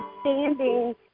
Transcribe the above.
standing